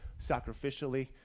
sacrificially